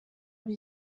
aba